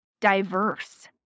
diverse